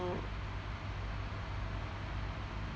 so